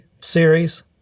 series